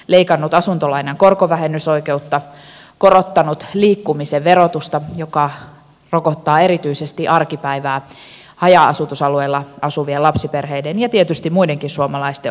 leikannut asuntolainan korkovähennysoikeutta korottanut liikkumisen verotusta joka rokottaa erityisesti arkipäivää haja asutusalueella asuvien lapsiperheiden ja tietysti muidenkin suomalaisten osalta